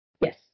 Yes